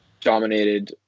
dominated